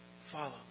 follow